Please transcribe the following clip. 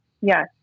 Yes